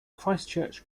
christchurch